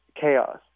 chaos